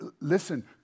Listen